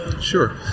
Sure